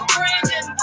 Brandon